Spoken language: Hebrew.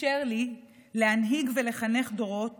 אפשר לי להנהיג ולחנך דורות